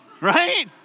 Right